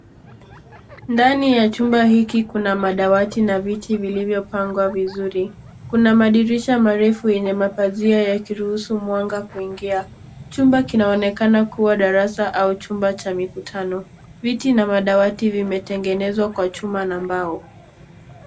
Ndani ya chumba hiki kuna madawati na viti vilivyo pangwa vizuri. Kuna madirisha marefu yenye mapazia yakiruhusu mwanga kuingia . Chumba kinaonekana kuwa sarasa ama chumba cha mikutano . Viti na madawati vimetengenezwa kwa chuma na mbao.